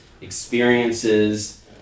experiences